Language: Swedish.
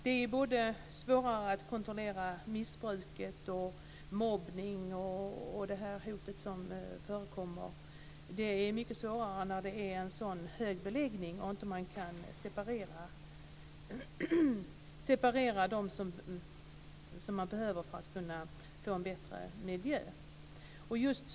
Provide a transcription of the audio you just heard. Det är svårare att kontrollera missbruk, mobbning och hot när det är en så stor beläggning och man inte kan separera dem som man behöver för att kunna få en bättre miljö.